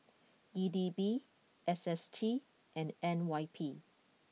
E D B S S T and N Y P